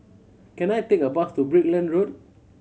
can I take a bus to Brickland Road